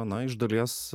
na iš dalies